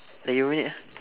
lagi berapa minit ah